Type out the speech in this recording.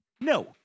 no